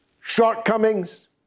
shortcomings